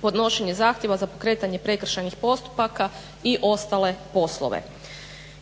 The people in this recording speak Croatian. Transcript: podnošenje zahtjeva za pokretanje prekršajnih postupaka i ostale poslove.